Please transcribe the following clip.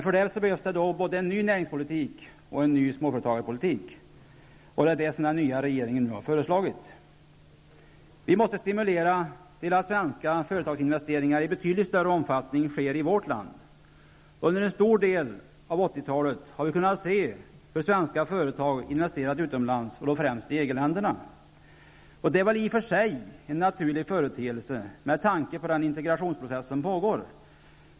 För detta behövs både en ny näringspolitik och en ny småföretagarpolitik. Det är detta som den nya regeringen nu har föreslagit. Vi måste stimulera till att svenska företagsinvesteringar i betydligt större omfattning sker i vårt land. Under en stor del av 80-talet har vi kunnat se hur svenska företag har investerat utomlands, främst i EG-länderna. Det är i och för sig en naturlig företeelse med tanke på den integrationsprocess som pågår.